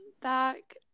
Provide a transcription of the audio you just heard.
back